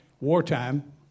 wartime